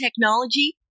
technology